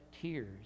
tears